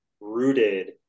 rooted